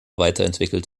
weiterentwickelt